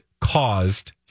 caused